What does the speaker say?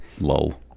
lull